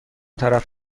طرف